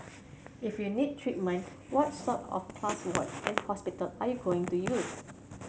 if you need treatment what sort of class ward and hospital are you going to use